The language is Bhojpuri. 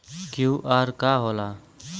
क्यू.आर का होला?